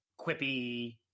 quippy